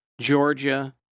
Georgia